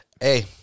Hey